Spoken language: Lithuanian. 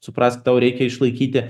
suprask tau reikia išlaikyti